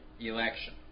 election